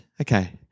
Okay